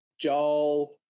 joel